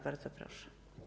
Bardzo proszę.